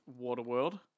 Waterworld